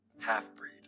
half-breed